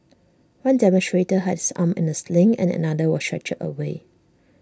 one demonstrator had his arm in A sling and another was stretchered away